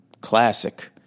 Classic